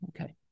okay